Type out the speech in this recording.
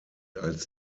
als